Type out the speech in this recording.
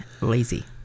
Lazy